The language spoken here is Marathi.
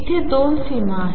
इथे दोन सीमा आहेत